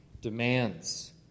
demands